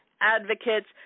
advocates